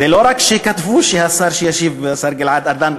זה לא רק שכתבו שהשר שישיב הוא השר גלעד ארדן,